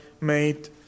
made